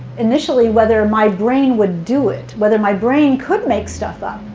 initially, whether my brain would do it, whether my brain could make stuff up.